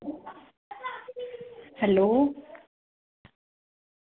hello